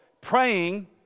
Praying